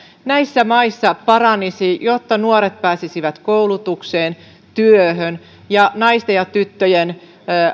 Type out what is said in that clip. näissä maissa paranisi jotta nuoret pääsisivät koulutukseen ja työhön ja naisten ja tyttöjen